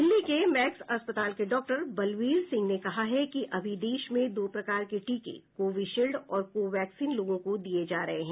दिल्ली के मैक्स अस्पताल के डॉक्टर बलवीर सिंह ने कहा है कि अभी देश में दो प्रकार के टीके कोविशील्ड और को वैक्सीन लोगों को दिये जा रहे हैं